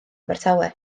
abertawe